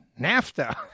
NAFTA